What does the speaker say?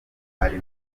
ari